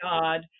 God